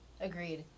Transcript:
Agreed